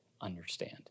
understand